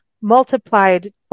multiplied